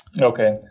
Okay